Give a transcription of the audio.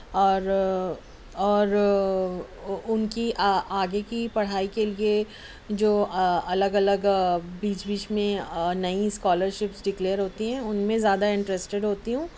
اور اور ان کی آگے کی پڑھائی کے لیے جو الگ الگ بیچ بیچ میں نئی اسکالرشپ ڈکلیئر ہوتی ہے ان میں زیادہ انٹرسٹیڈ ہوتی ہوں